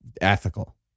ethical